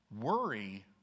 Worry